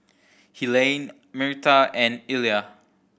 Helaine Myrta and Illya